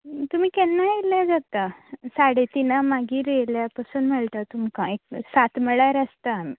तुमी केन्नाय येयल्यार जाता साडे तिनां मागीर येयल्यार पसून मेळटले तुमका एक सात म्हळ्यार आसता आमी